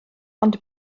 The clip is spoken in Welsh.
ond